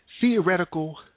Theoretical